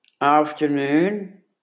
afternoon